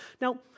Now